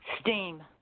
Steam